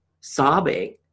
sobbing